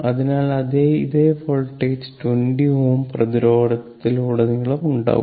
അതിനാൽ അതേ വോൾട്ടേജ് 20 Ω പ്രതിരോധത്തിലുടനീളം ഉണ്ടാകും